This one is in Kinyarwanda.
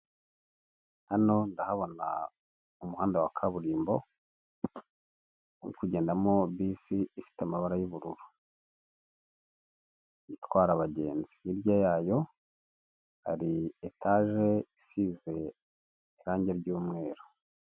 Hano ndahabona umuhanda wa kaburimbo uri kugendamo bisi ifite amabara y'ubururu itwara abagenzi hirya yayo hari etage isize irangi ry'umweru.